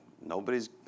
nobody's